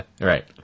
Right